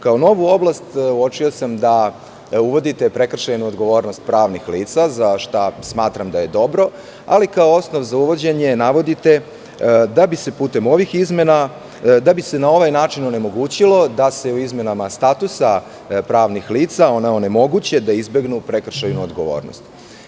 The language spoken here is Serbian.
Kao novu oblast uočio sam da uvodite prekršajnu odgovornost pravnih lica za šta smatram da je dobro, ali kao osnov za uvođenje navodite da bi se putem ovih izmena onemogućilo da se u izmenama statusa pravnih lica onemogući da izbegnu prekršajnu odgovornost.